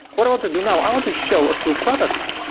what i want to do now? i want to show a few products.